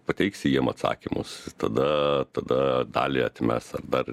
pateiksi jiem atsakymus tada tada dalį atmes ar dar